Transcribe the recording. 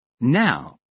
Now